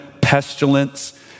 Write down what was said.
pestilence